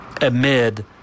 amid